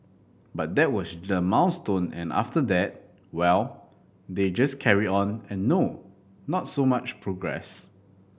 but that was the milestone and after that well they just carry on and no not so much progress